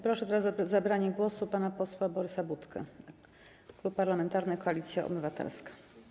Proszę teraz o zabranie głosu pana posła Borysa Budkę, Klub Parlamentarny Koalicja Obywatelska.